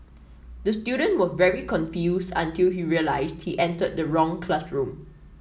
the student was very confused until he realised he entered the wrong classroom